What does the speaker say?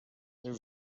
there